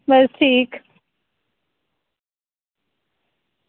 बस ठीक